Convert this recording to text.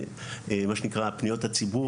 מה שנקרא פניות הציבור,